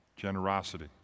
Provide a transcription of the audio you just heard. generosity